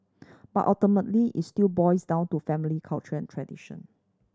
but ultimately it still boils down to family culture and tradition